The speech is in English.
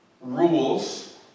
rules